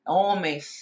homens